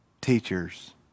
teachers